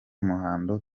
muhando